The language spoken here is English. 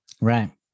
Right